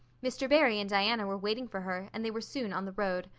mr. barry and diana were waiting for her, and they were soon on the road.